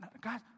God